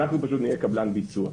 אנחנו פשוט נהיה קבלן ביצוע.